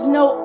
no